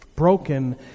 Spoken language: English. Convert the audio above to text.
broken